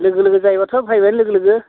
लोगो लोगो जायोबाथ' फैगोन लोगो लोगो